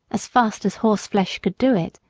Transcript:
as fast as horseflesh could do it,